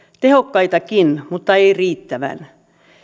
tehokkaitakin mutta eivät riittävän